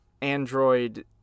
android